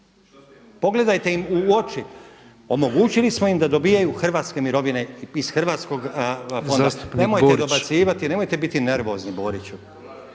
Pogledajte tim ljudima u oči. Omogućili smo im da dobijaju hrvatske mirovine iz hrvatskog fonda. Nemojte dobacivati! …/Upadica predsjednik: